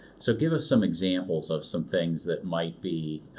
so, give us some examples of some things that might be,